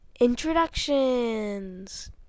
Introductions